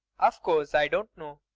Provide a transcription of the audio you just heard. of course, i don't know.